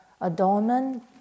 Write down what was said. adornment